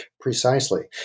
Precisely